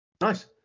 nice